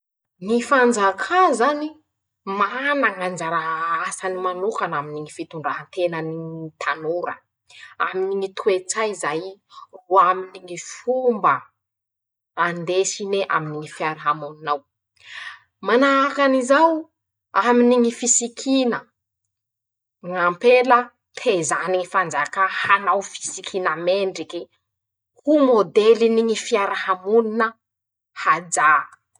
Ñy fanjakà zany: -Mana ñ'anjara asany manokana aminy ñy fitondrantenany ñy tanora; aminy ñy toetsay zay ro aminy ñy fomba andesine aminy ñy fiaramonin'ao. -Manahakin'izao aminy ñy fisikina: ñ'ampela, tezàny ñy fanjakà hanao fisikina mendriky, ho môdeliny ñy fiarahamonina, hajà.